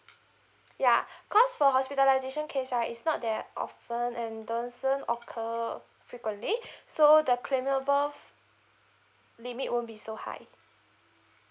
ya cause for hospitalisation case right is not that often and doesn't occur frequently so the claimable limit won't be so high